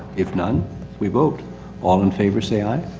if none we vote all in favor say aye.